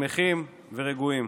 שמחים ורגועים.